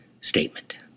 statement